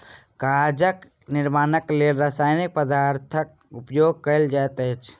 कागजक निर्माणक लेल रासायनिक पदार्थक उपयोग कयल जाइत अछि